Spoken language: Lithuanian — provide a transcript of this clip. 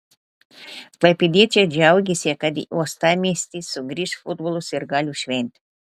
klaipėdiečiai džiaugėsi kad į uostamiestį sugrįš futbolo sirgalių šventė